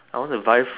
I want to buy